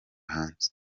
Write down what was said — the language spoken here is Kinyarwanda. hanze